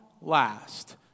last